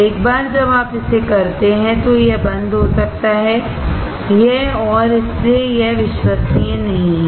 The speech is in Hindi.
एक बार जब आप इसे करते हैं तो यह बंद हो सकता है और इसलिए यह विश्वसनीय नहीं है